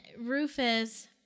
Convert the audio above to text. Rufus